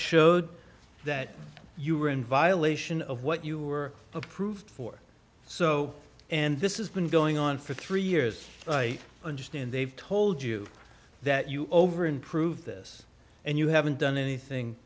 showed that you were in violation of what you were approved for so and this is been going on for three years i understand they've told you that you over improve this and you haven't done anything